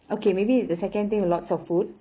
okay maybe the second thing lots of food